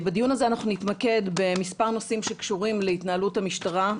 בדיון הזה אנחנו נתמקד במספר נושאים שקשורים להתנהלות המשטרה,